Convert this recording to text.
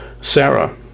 Sarah